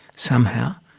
somehow,